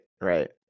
right